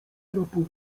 tropu